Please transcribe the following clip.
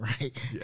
right